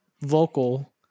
vocal